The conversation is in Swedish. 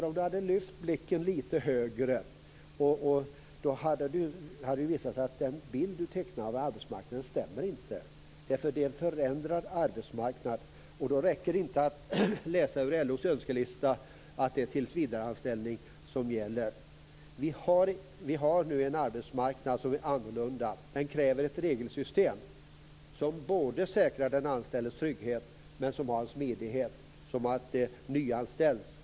Om han hade lyft blicken lite högre hade han sett att den bild han tecknade av arbetsmarknaden inte stämmer. Det är en förändrad arbetsmarknad, och då räcker det inte att läsa ur LO:s önskelista och säga att det är tillsvidareanställning som gäller. Vi har nu en arbetsmarknad som är annorlunda. Den kräver ett regelsystem som både säkrar den anställdes trygghet och har en smidighet som gör att det nyanställs.